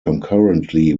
concurrently